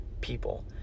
people